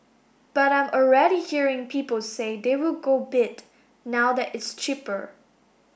but I'm already hearing people say they will go bid now that it's cheaper